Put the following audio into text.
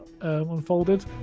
unfolded